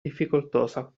difficoltosa